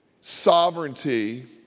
sovereignty